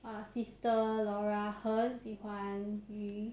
uh sister laura 很喜欢鱼